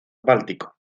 báltico